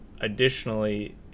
additionally